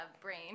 brain